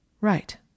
Right